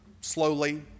slowly